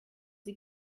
sie